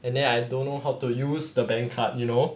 and then I don't know how to use the bank card you know